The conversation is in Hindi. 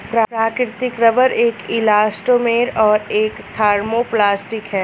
प्राकृतिक रबर एक इलास्टोमेर और एक थर्मोप्लास्टिक है